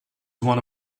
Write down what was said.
one